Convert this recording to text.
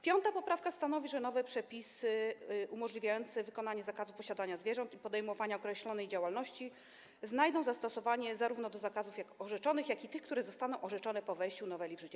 Poprawka nr 5 stanowi, że nowe przepisy umożliwiające wykonanie zakazu posiadania zwierząt i podejmowania określonej działalności znajdą zastosowanie zarówno do zakazów orzeczonych, jak i tych, które zostaną orzeczone po wejściu noweli w życie.